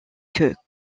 que